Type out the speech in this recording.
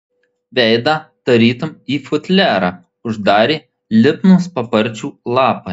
veidą tarytum į futliarą uždarė lipnūs paparčių lapai